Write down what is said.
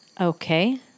okay